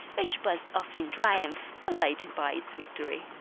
which buzzed off in triumph, elated by its victory.